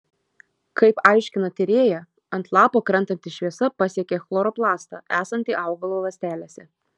kaip aiškina tyrėja ant lapo krentanti šviesa pasiekia chloroplastą esantį augalo ląstelėse